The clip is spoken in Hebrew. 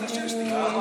אין שר.